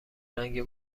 رنگ